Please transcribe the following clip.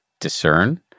discern